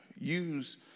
use